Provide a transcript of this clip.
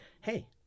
hey